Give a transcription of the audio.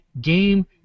game